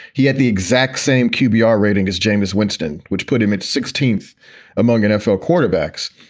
he had the exact same qb yeah ah rating as jameis winston, which put him at sixteenth among nfl quarterbacks.